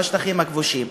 בשטחים הכבושים.